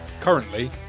Currently